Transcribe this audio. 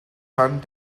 hunt